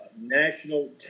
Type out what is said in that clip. national